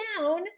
down